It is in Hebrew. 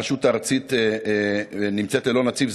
הרשות הארצית נמצאת ללא נציב.